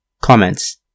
Comments